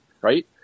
right